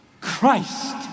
Christ